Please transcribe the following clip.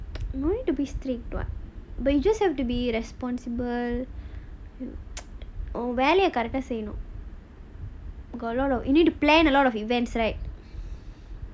don't need to be strict [what] but you just have to be responsible வேலைய:velaya correct ah செய்யனும்:seyyanum or you know got a lot of you need to plan a lot of events right